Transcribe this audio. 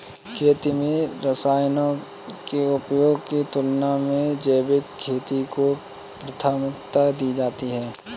खेती में रसायनों के उपयोग की तुलना में जैविक खेती को प्राथमिकता दी जाती है